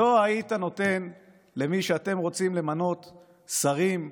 לא היית נותן למי שאתם רוצים למנות כשרים בממשלה,